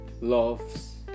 loves